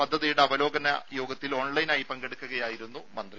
പദ്ധതിയുടെ അവലോകന യോഗത്തിൽ ഓൺലൈനായി പങ്കെടുക്കുകയായിരുന്നു മന്ത്രി